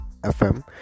fm